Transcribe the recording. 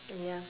ya